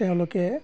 তেওঁলোকে